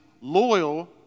loyal